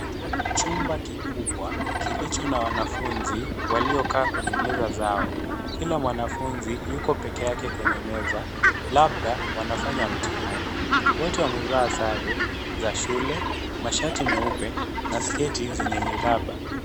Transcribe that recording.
Chumba kikubwa kilicho na wanafunzi waliokaa kwenye meza zao ,kila mwanafunzi yuko pekee yake kwenye meza labda wanafanya mtihani. Wote wamevaa sare za shule mashati meupe na sketi zenye miraba